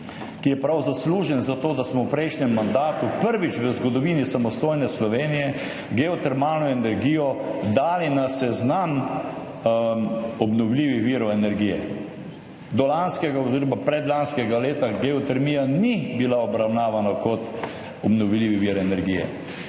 ki je zaslužen za to, da smo v prejšnjem mandatu prvič v zgodovini samostojne Slovenije geotermalno energijo dali na seznam obnovljivih virov energije. Do lanskega oziroma predlanskega leta geotermija ni bila obravnavana kot obnovljivi vir energije.